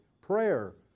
prayer